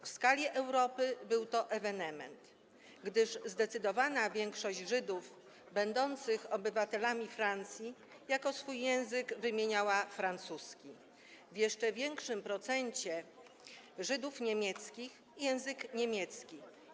W skali Europy był to ewenement, gdyż zdecydowana większość Żydów będących obywatelami Francji jako swój język wymieniła francuski, a jeszcze większy procent Żydów niemieckich - język niemiecki.